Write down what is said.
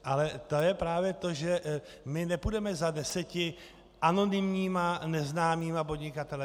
Ale to je právě to, že my nepůjdeme za deseti anonymními neznámými podnikateli.